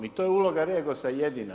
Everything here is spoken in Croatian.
I to je uloga REGOS-a jedina.